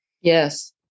Yes